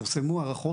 פורסמו הערכות,